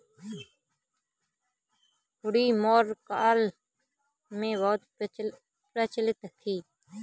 हुंडी मौर्य काल में बहुत प्रचलित थी